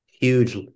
huge